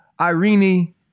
Irene